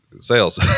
sales